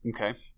Okay